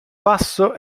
basso